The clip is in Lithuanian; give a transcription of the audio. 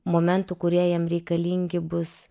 momentų kurie jam reikalingi bus